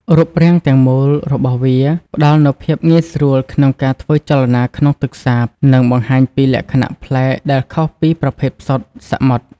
រូបរាងទាំងមូលរបស់វាផ្តល់នូវភាពងាយស្រួលក្នុងការធ្វើចលនាក្នុងទឹកសាប និងបង្ហាញពីលក្ខណៈប្លែកដែលខុសពីប្រភេទផ្សោតសមុទ្រ។